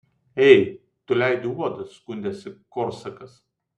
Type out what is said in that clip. ei tu leidi uodus skundėsi korsakas